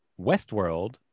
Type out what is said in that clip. Westworld